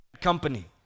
company